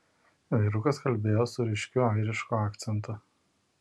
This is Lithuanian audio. vyrukas kalbėjo su ryškiu airišku akcentu